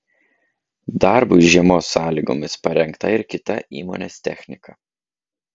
darbui žiemos sąlygomis parengta ir kita įmonės technika